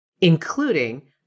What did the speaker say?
including